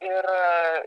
ir a